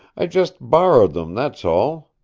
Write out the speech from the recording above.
i just borrowed them, that's all.